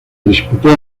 disputó